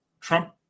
Trump